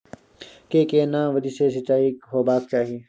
के केना विधी सॅ सिंचाई होबाक चाही?